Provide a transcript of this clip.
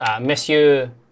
Monsieur